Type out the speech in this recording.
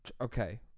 Okay